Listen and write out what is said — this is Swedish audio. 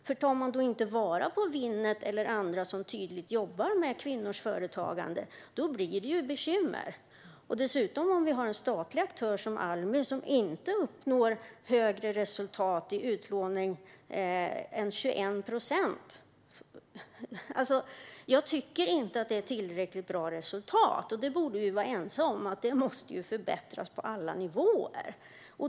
Tar man inte vara på Winnet eller andra som tydligt jobbar med kvinnors företagande blir det bekymmer. Vi har dessutom en statlig aktör som Almi som inte uppnår högre resultat i utlåning än 21 procent. Jag tycker inte att det är tillräckligt bra resultat. Vi borde vara ense om att det måste förbättras på alla nivåer.